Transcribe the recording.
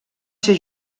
ser